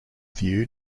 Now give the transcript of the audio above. view